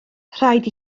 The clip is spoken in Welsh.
rhaid